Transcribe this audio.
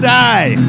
die